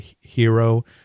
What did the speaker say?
hero